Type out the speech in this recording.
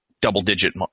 double-digit